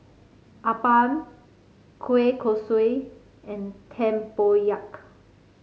appam Kueh Kosui and tempoyak